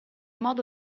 modo